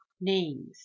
names